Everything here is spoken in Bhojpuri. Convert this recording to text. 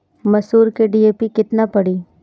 मसूर में डी.ए.पी केतना पड़ी?